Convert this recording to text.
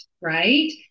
right